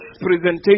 presentation